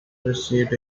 received